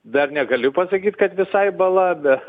dar negaliu pasakyt kad visai bala bet